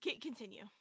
Continue